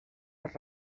per